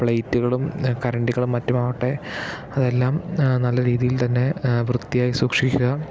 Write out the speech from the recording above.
പ്ലെയ്റ്റുകളും കരണ്ടികളും മറ്റുമാവട്ടെ അതെല്ലാം നല്ല രീതിയിൽ തന്നെ വൃത്തിയായി സൂക്ഷിക്കുക